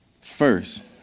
First